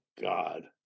God